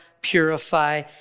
purify